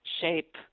shape